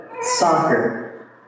soccer